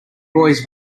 boys